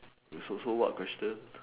is also what question